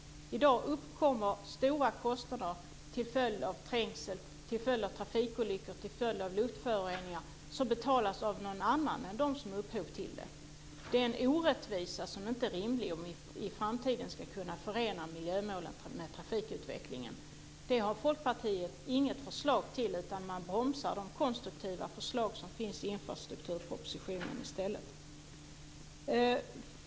I dag uppkommer stora kostnader till följd av trängsel, trafikolyckor och luftföroreningar som betalas av någon annan än dem som är upphov till dessa saker. Det är en orättvisa som inte är rimlig om vi i framtiden ska kunna förena miljömålen med trafikutvecklingen. Det har Folkpartiet inget förslag om. Man bromsar i stället de konstruktiva förslag som finns i infrastrukturpropositionen.